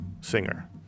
singer